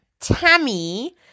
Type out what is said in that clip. Tammy